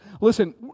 listen